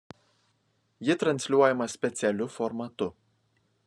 ji transliuojama specialiu formatu